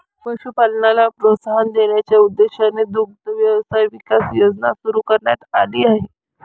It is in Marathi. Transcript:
पशुपालनाला प्रोत्साहन देण्याच्या उद्देशाने दुग्ध व्यवसाय विकास योजना सुरू करण्यात आली आहे